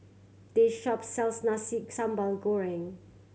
this shop sells Nasi Sambal Goreng